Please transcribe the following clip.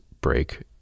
break